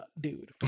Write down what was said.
dude